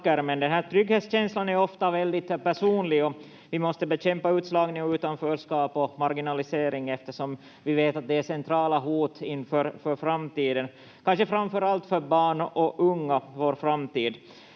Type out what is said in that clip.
den här trygghetskänslan är ofta väldigt personlig. Vi måste bekämpa utslagning och utanförskap och marginalisering eftersom vi vet att de är centrala hot inför framtiden, kanske framförallt för barn och unga, vår framtid.